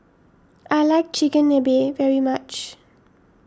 I like Chigenabe very much